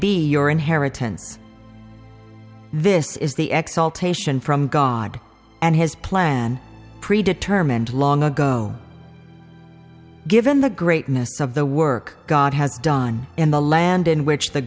be your inheritance this is the x alteration from god and his plan pre determined long ago given the greatness of the work god has done in the land in which the